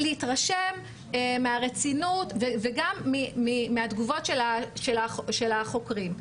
להתרשם מהרצינות ומהתגובות של החוקרים.